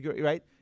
right